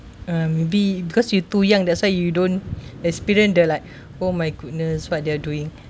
uh maybe because you too young that's why you don't experience the like oh my goodness what they're doing